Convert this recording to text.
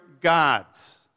gods